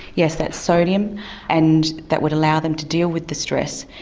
yes that's sodium and that would allow them to deal with the stress.